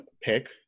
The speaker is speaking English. pick